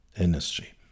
industry